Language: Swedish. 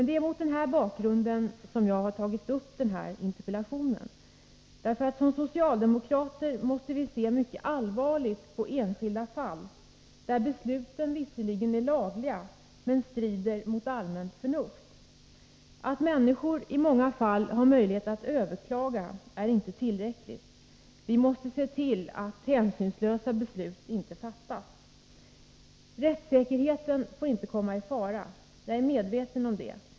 Det är mot den här bakgrunden jag har framställt denna interpellation. Som socialdemokrater måste vi se mycket allvarligt på enskilda fall, där besluten visserligen är lagliga men strider mot allmänt förnuft. Att människor i många fall har möjlighet att överklaga är inte tillräckligt. Vi måste se till att hänsynslösa beslut inte fattas. Rättssäkerheten får inte komma i fara. Jag är medveten om det.